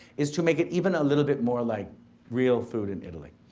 is to make it even a little bit more like real food in italy.